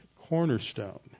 cornerstone